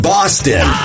Boston